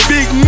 Big